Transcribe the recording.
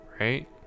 right